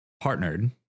partnered